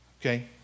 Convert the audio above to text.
Okay